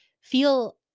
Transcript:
feel